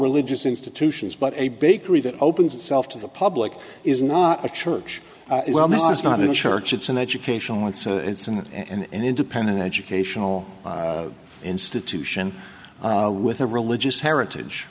religious institutions but a bakery that opens itself to the public is not a church well this is not a church it's an educational it's a it's and an independent educational institution with a religious heritage